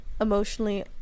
Emotionally